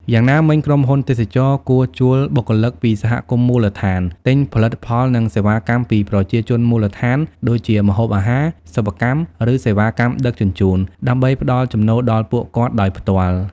យ៉ាងណាមិញ ក្រុមហ៊ុនទេសចរណ៍គួរជួលបុគ្គលិកពីសហគមន៍មូលដ្ឋាន ទិញផលិតផលនិងសេវាកម្មពីប្រជាជនមូលដ្ឋានដូចជាម្ហូបអាហារ សិប្បកម្ម ឬសេវាកម្មដឹកជញ្ជូន ដើម្បីផ្ដល់ចំណូលដល់ពួកគាត់ដោយផ្ទាល់។